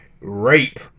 rape